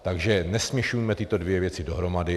Takže nesměšujme tyto dvě věci dohromady.